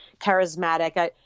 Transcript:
charismatic